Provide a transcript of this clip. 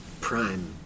prime